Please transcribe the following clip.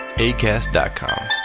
Acast.com